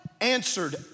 answered